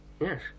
Yes